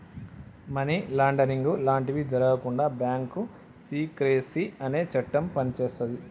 money laundering లాంటివి జరగకుండా bank secrecy అనే చట్టం పనిచేస్తది